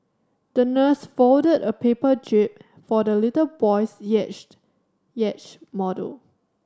the nurse folded a paper jib for the little boy's model